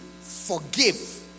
forgive